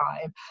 time